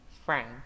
Frank